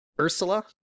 Ursula